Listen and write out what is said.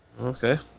Okay